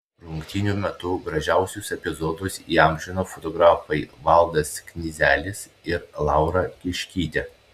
rungtynių metu gražiausius epizodus įamžino fotografai valdas knyzelis ir laura kiškytė